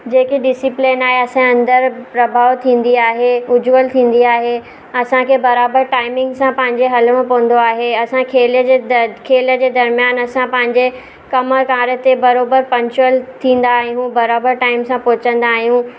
जेके डिसिप्लिन आहे असांजे अंदरु प्रभाव थींदी आहे उजवल थींदी आहे असांखे बराबरि टाइमिंग सां पंहिंजे हलणो पवंदो आहे असां खेल जे दर्म्यानि खेल जे दर्म्यानि असां पंहिंजे कमुकारु ते बराबरि पंचुअल थींदा आहियूं बराबरि टाइम सां पहुचंदा आहियूं